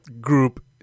group